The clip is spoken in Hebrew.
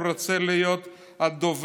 הוא רוצה להיות הדובר,